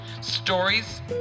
stories